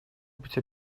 быть